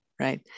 Right